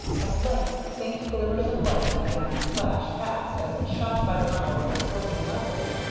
at length faint glimmers of light began to flash past as it shot by the mouths of working levels,